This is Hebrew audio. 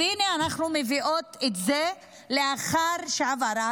אז הינה, אנחנו מביאות את זה לאחר שזה עבר.